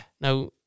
Now